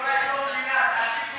אולי את לא מבינה,